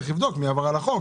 צריך לבדוק מי עבר על החוק,